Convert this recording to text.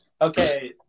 Okay